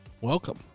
Welcome